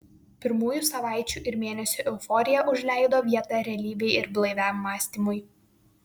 pirmųjų savaičių ir mėnesių euforija užleido vietą realybei ir blaiviam mąstymui